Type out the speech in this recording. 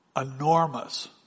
enormous